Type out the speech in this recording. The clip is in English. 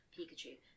Pikachu